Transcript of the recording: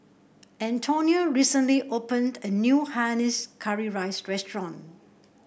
Antonia recently opened a new Hainanese Curry Rice restaurant